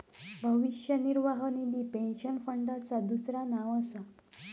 भविष्य निर्वाह निधी पेन्शन फंडाचा दुसरा नाव असा